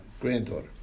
granddaughter